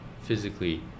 physically